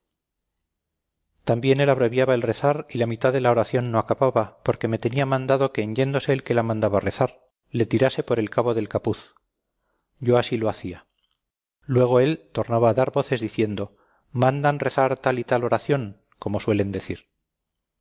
también él abreviaba el rezar y la mitad de la oración no acababa porque me tenía mandado que en yéndose el que la mandaba rezar le tirase por el cabo del capuz yo así lo hacía luego él tornaba a dar voces diciendo mandan rezar tal y tal oración como suelen decir